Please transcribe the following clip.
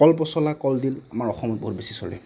কলপচলা কলডিল আমাৰ অসমত বহুত চলে